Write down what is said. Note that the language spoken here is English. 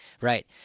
right